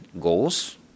goals